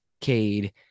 Cade